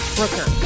Brooker